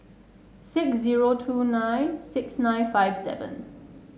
six zero two nine six nine five seven